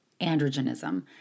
androgenism